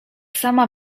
sama